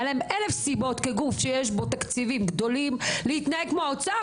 היה להם אלף סיבות כגוף שיש בו תקציבים גדולים להתנהג כמו האוצר,